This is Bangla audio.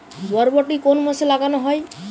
বরবটি কোন মাসে লাগানো হয়?